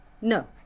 No